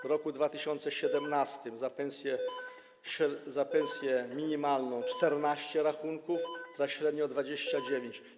W roku 2017 za pensję minimalną - 14 rachunków, za średnią - 29.